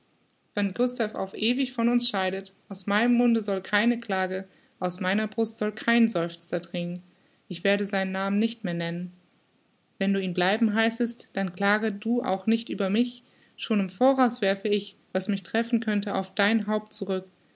wenn gustav auf ewig von uns scheidet aus meinem munde soll keine klage aus meiner brust soll kein seufzer dringen ich werde seinen namen nicht mehr nennen wenn du ihn bleiben heißest dann klage du auch nicht über mich schon im voraus werfe ich was mich treffen könnte auf dein haupt zurück